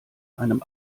einem